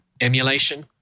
emulation